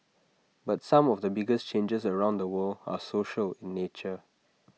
but some of the biggest changes around the world are social in nature